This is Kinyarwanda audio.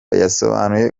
yasobanuye